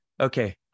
Okay